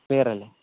clear അല്ലേ